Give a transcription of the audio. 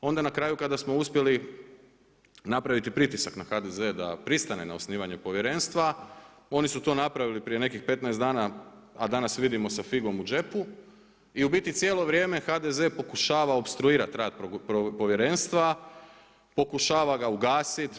Onda na kraju kada smo uspjeli napraviti pritisak na HDZ da pristane na osnivanje povjerenstva, oni su to napravili prije nekih 15 dana a danas vidimo sa figom u džepu i u biti cijelo vrijeme HDZ pokušava opstruirati rad povjerenstva, pokušava ga ugasiti.